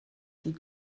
die